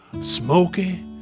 smoky